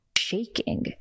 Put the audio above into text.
shaking